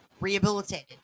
rehabilitated